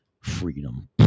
Freedom